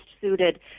suited